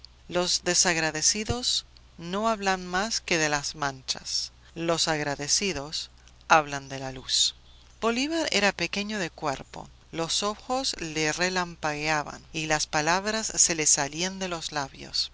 los desagradecidos no hablan más que de las manchas los agradecidos hablan de la luz bolívar era pequeño de cuerpo los ojos le relampagueaban y las palabras se le salían de los labios